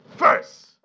First